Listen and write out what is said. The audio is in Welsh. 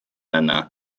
yna